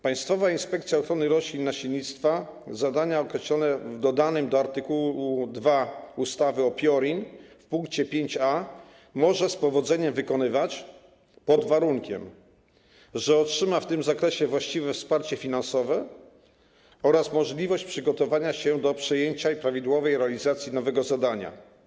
Państwowa Inspekcja Ochrony Roślin i Nasiennictwa zadania określone w dodanym do art. 2 ustawy o PIORiN pkt 5a może z powodzeniem wykonywać, pod warunkiem że otrzyma w tym zakresie właściwe wsparcie finansowe oraz możliwość przygotowania się do przejęcia i prawidłowej realizacji nowego zadania.